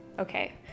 Okay